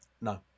No